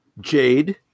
Jade